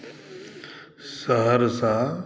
Saharsa